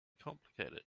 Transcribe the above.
complicated